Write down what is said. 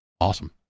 Awesome